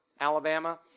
Alabama